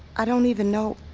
i don't even know.